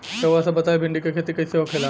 रउआ सभ बताई भिंडी क खेती कईसे होखेला?